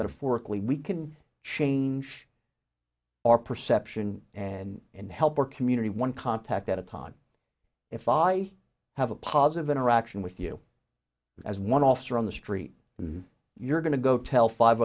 metaphorically we can change our perception and and help our community one contact at a time if i have a positive interaction with you as one officer on the street and you're going to go tell five